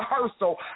Rehearsal